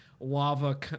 Lava